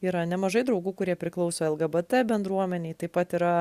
yra nemažai draugų kurie priklauso lgbt bendruomenei taip pat yra